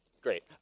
Great